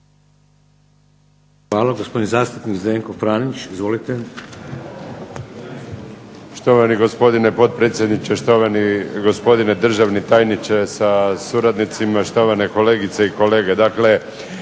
(HDZ)** Hvala. Gospodin zastupnik Zdenko Franić, izvolite. **Franić, Zdenko (SDP)** Štovani gospodine potpredsjedniče, štovani gospodine državni tajniče sa suradnicima, štovane kolegice i kolege.